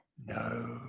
no